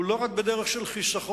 הוא לא רק בדרך של חיסכון,